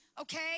okay